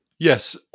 Yes